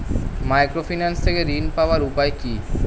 Microfinance থেকে ঋণ পাওয়ার উপায় কি?